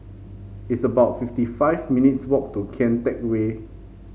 it's about fifty five minutes' walk to Kian Teck Way